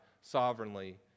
sovereignly